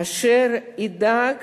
אשר אדאג